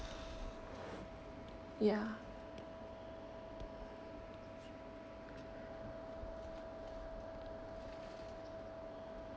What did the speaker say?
ya